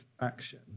action